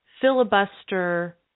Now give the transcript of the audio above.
filibuster